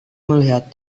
melihat